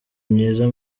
myiza